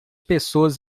pessoas